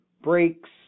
breaks